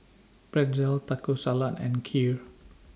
Pretzel Taco Salad and Kheer